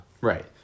Right